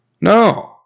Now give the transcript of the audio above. No